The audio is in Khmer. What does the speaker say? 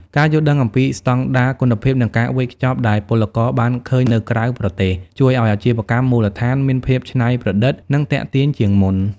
ការយល់ដឹងអំពីស្ដង់ដារគុណភាព និងការវេចខ្ចប់ដែលពលករបានឃើញនៅក្រៅប្រទេស ជួយឱ្យអាជីវកម្មមូលដ្ឋានមានភាពច្នៃប្រឌិត និងទាក់ទាញជាងមុន។